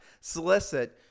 solicit